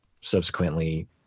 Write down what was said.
subsequently